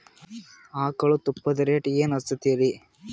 ಆಕಳ ತುಪ್ಪದ ರೇಟ್ ಏನ ಹಚ್ಚತೀರಿ?